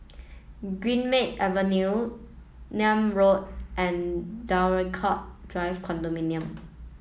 Greenmead Avenue Nim Road and Draycott Drive Condominium